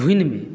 धुनिमे